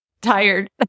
tired